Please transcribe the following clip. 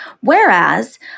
Whereas